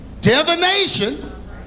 divination